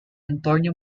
antonio